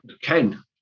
Ken